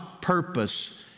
purpose